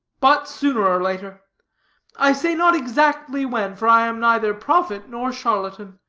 but sooner or later i say not exactly when, for i am neither prophet nor charlatan.